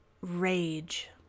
rage